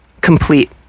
complete